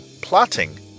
Plotting